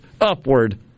upward